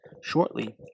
Shortly